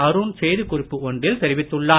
அருண் செய்தி குறிப்பு ஒன்றில் தெரிவித்துள்ளார்